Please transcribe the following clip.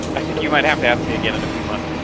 i think you might have to ask me again in a few months!